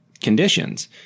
conditions